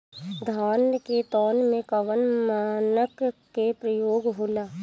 धान के तौल में कवन मानक के प्रयोग हो ला?